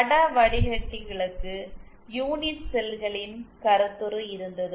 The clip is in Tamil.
பட வடிகட்டிகளுக்கு யூனிட் செல்களின் கருத்துரு இருந்தது